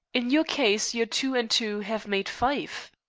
in your case your two and two have made five.